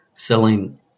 selling